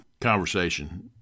conversation